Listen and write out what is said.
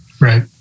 Right